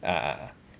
ah ah ah